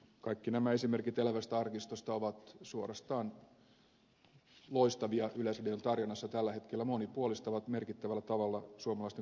kaikki nämä esimerkit elävästä arkistosta ovat suorastaan loistavia yleisradion tarjonnassa tällä hetkellä monipuolistavat merkittävällä tavalla suomalaisten kulttuuritarjontaa